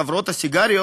חברות הסיגריות,